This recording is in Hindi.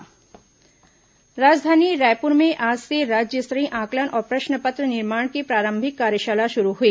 शिक्षा कार्यशाला राजधानी रायपुर में आज से राज्य स्तरीय आंकलन और प्रश्न पत्र निर्माण की प्रारंभिक कार्यशाला शुरू हुई